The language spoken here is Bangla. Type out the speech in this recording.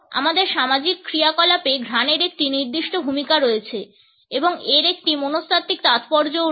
আমাদের সামাজিক ক্রিয়াকলাপে ঘ্রাণের একটি নির্দিষ্ট ভূমিকা রয়েছে এবং এর একটি মনস্তাত্ত্বিক তাৎপর্যও রয়েছে